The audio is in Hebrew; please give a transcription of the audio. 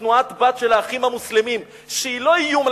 שהיא תנועת-בת של "האחים המוסלמים" שהיא לא איום על